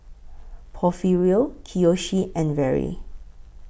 Porfirio Kiyoshi and Vere